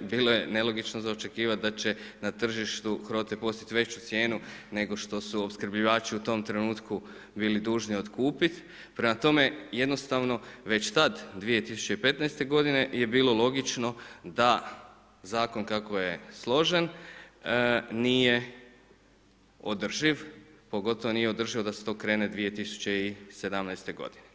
bilo je nelogično za očekivat da će na tržištu HROTE postići veću cijenu nego što su opskrbljivači u tom trenutku bili dužni otkupit, prema tome, jednostavno već tad 2015. godine je bilo logično da zakon kako je složen nije održiv, pogotovo nije održivo da se to krene 2017. godine.